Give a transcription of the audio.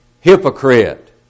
hypocrite